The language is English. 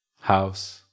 house